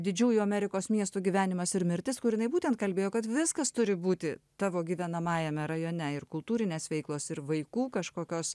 didžiųjų amerikos miestų gyvenimas ir mirtis kur jinai būtent kalbėjo kad viskas turi būti tavo gyvenamajame rajone ir kultūrinės veiklos ir vaikų kažkokios